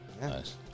nice